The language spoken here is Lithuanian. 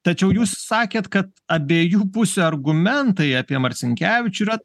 tačiau jūs sakėt kad abiejų pusių argumentai apie marcinkevičių yra